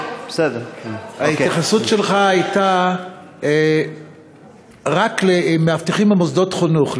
ההתייחסות שלך הייתה רק למאבטחים במוסדות חינוך,